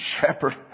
shepherd